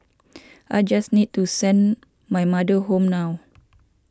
I just need to send my mother home now